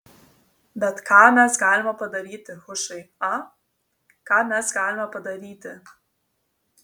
bet ką mes galime padaryti hušai a ką mes galime padaryti